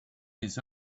his